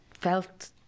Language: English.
felt